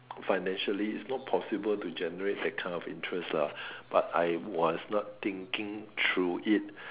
financially is not possible to generate that kind of interest lah but I was not thinking through it